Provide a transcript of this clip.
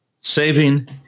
saving